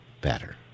better